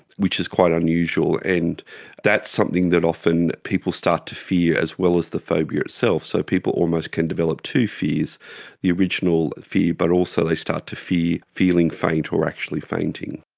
which is quite unusual, and that's something that often people start to fear as well as the phobia itself, so people almost can develop two fears the original fear, but also they start to fear feeling faint or actually fainting.